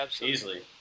Easily